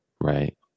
Right